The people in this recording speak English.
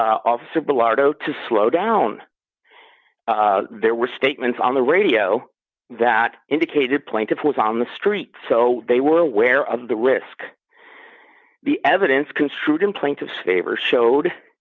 lardo to slow down there were statements on the radio that indicated plaintiff was on the street so they were aware of the risk the evidence construed in plaintive favor showed